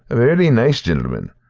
a vary nice gintleman.